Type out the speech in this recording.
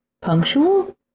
punctual